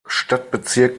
stadtbezirk